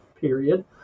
period